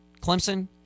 Clemson